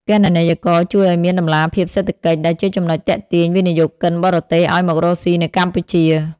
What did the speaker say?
គណនេយ្យករជួយឱ្យមានតម្លាភាពសេដ្ឋកិច្ច ដែលជាចំណុចទាក់ទាញវិនិយោគិនបរទេសឱ្យមករកស៊ីនៅកម្ពុជា។